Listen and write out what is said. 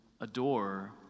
adore